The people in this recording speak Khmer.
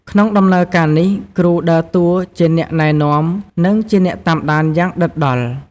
ពួកគេនឹង តាមដាន ការរីកចម្រើនរបស់សិស្ស ហើយកែតម្រូវកំហុសឆ្គងនានាដោយផ្ទាល់ ដើម្បីធានាថាសិស្សទទួលបានជំនាញពិតប្រាកដ និងអាចបង្កើតស្នាដៃប៉ាក់-ឌិនប្រកបដោយគុណភាព។